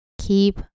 Keep